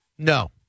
No